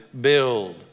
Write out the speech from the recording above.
build